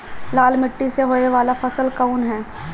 लाल मीट्टी में होए वाला फसल कउन ह?